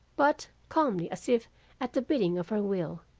but calmly as if at the bidding of her will,